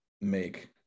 make